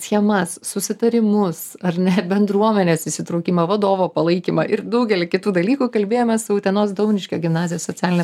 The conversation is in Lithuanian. schemas susitarimus ar ne bendruomenės įsitraukimą vadovo palaikymą ir daugelį kitų dalykų kalbėjomės su utenos dauniškio gimnazijos socialine